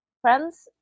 friends